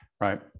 right